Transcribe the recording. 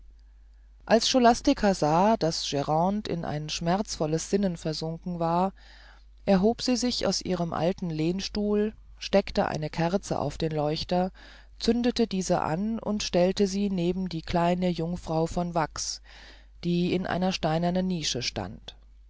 als scholastica sah daß grande in ein schmerzvolles sinnen versunken war erhob sie sich aus ihrem alten lehnstuhl steckte eine kerze auf den lenchter zündete diese an und stellte sie neben eine kleine jungfrau von wachs die in einer steinernen nische stand